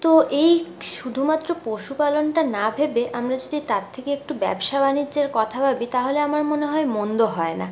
তো এই শুধুমাত্র পশুপালনটা না ভেবে আমরা যদি তার থেকে একটু ব্যবসা বাণিজ্যের কথা ভাবি তাহলে আমার মনে হয় মন্দ হয় না